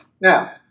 Now